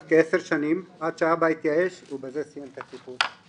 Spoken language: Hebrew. כעשר שנים עד שאבא התייאש ובזה סיים את הטיפול.